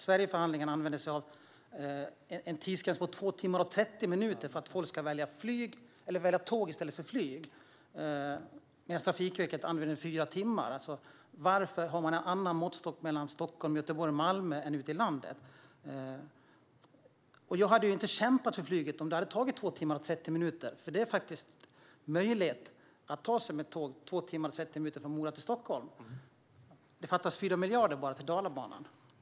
Sverigeförhandlingen använde sig av en tidsgräns på två timmar och trettio minuter, då folk ska välja tåg i stället för flyg. Trafikverket använder fyra timmar. Varför har man en annan måttstock mellan Stockholm, Göteborg och Malmö än ute i landet? Jag hade inte kämpat för flyget om det hade tagit två timmar och trettio minuter. Det är faktiskt möjligt att ta sig med tåg från Mora till Stockholm på två timmar och trettio minuter. Det fattas bara 4 miljarder till Dalabanan.